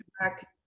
back